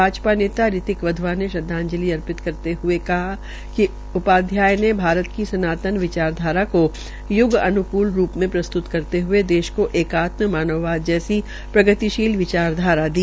भाजपा नेता रीतिक वधवा ने श्रद्वाजंलि अर्पित करते हये कहा कि उपाध्याय ने भारत की सनातन विचार धारा को य्ग अन्कूल रूप में प्रस्त्त करते हये देश को एकात्म मानववाद जैसी प्रगतिशील विचारधारा दी